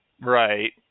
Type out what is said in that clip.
Right